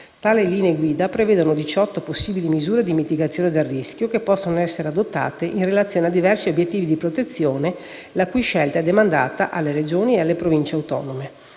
Tali linee guida prevedono diciotto possibili misure di mitigazione del rischio, che possono essere adottate in relazione a diversi obiettivi di protezione e la cui scelta è demandata alle Regioni e alle Province autonome.